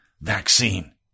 vaccine